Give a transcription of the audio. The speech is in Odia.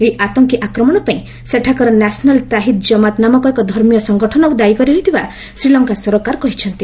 ଏହି ଆତଙ୍କୀ ଆକ୍ରମଣ ପାଇଁ ସେଠାକାର ନ୍ୟାସନାଲ୍ ତାହିଦ୍ ଜମାତ୍ ନାମକ୍ ଏକ ଧର୍ମୀୟ ସଙ୍ଗଠନ ଦାୟୀ ରହିଥିବା ଶ୍ରୀଲଙ୍କା ସରକାର କହିଛନ୍ତି